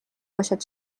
باشد